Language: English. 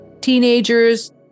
Teenagers